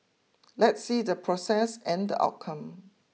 let's see the process and the outcome